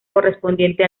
correspondiente